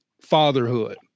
fatherhood